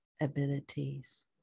abilities